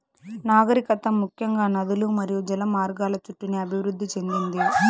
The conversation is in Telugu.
నాగరికత ముఖ్యంగా నదులు మరియు జల మార్గాల చుట్టూనే అభివృద్ది చెందింది